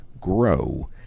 grow